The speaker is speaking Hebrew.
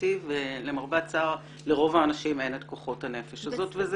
אישיותי ולמרבה הצער לרוב האנשים אין את כוחות הנפש הזאת.